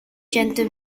cento